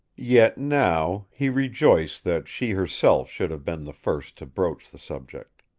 yet, now, he rejoiced that she herself should have been the first to broach the subject.